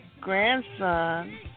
grandson